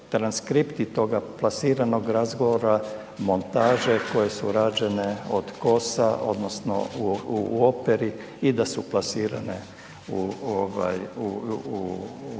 toga plasiranog razgovora montaže koje su rađene od KOS-a odnosno u, u Operi i da su plasirane u ovaj,